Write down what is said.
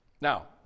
Now